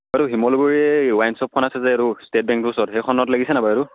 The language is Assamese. এইটো শিমলুগুৰি ৱাইন শ্বপখন আছে যে এইটো ষ্টেট বেংকটোৰ ওচৰত সেইখনত লাগিছেনে বাৰু এইটো